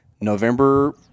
November